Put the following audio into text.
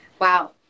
Wow